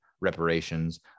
reparations